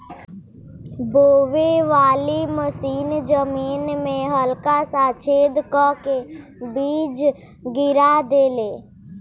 बोवे वाली मशीन जमीन में हल्का सा छेद क के बीज गिरा देले